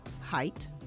height